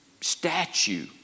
statue